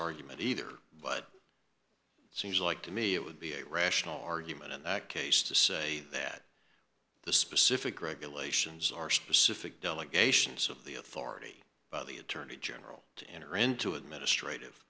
argument either seems like to me it would be a rational argument in that case to say that the specific regulations are specific delegations of the authority of the attorney general to enter into administrative